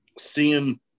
seeing